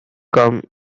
come